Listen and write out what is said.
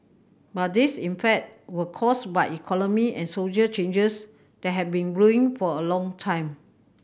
but these in fact were caused by economic and soldier changes that have been brewing for a long time